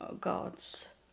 God's